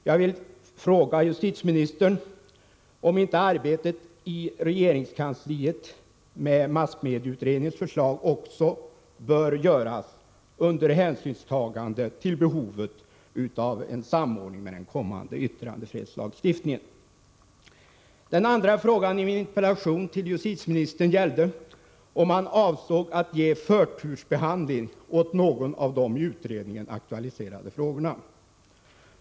Jag vill fråga justitieministern om inte arbetet i regeringskansliet med massmedieutredningens förslag också bör göras under hänsynstagande till behovet av en samordning med kommande yttrandefrihetslagstiftning. Min andra fråga till justitieministern gällde om han avsåg att ge förtursbehandling åt någon av de i utredningen aktualiserade frågorna.